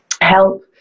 help